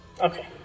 Okay